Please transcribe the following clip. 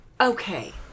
Okay